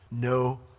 No